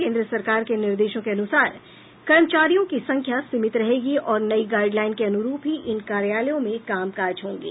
केंद्र सरकार के निर्देशों के अनुसार कर्मचारियों की संख्या सीमित रहेगी और नई गाईडलाईन के अनुरूप ही इन कार्यालयों में कामकाज होंगे